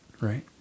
right